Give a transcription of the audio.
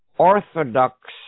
orthodox